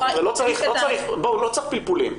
לא צריך פלפולים,